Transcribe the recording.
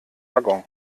waggon